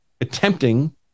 attempting